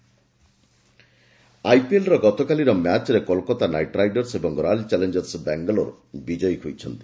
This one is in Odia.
ଆଇପିଏଲ୍ ଆଇପିଏଲ୍ର ଗତକାଲିର ମ୍ୟାଚ୍ରେ କୋଲକାତା ନାଇଟ୍ ରାଇଡର୍ସ ଏବଂ ରୟାଲ୍ ଚାଲେଞ୍ଜର୍ସ ବାଙ୍ଗାଲୋର ବିଜୟୀ ହୋଇଛନ୍ତି